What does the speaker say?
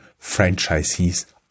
franchisees